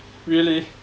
really